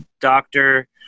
doctor